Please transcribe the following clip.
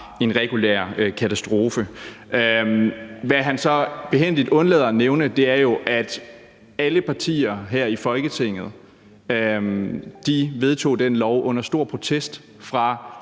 en regulær katastrofe. Hvad han så behændigt undlader at nævne, er, at alle partier her i Folketinget vedtog den lov under stor protest fra